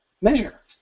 Measure